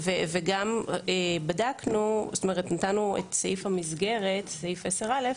נתנו את סעיף 10(א),